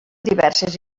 diverses